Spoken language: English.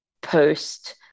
post